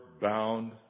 bound